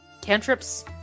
cantrips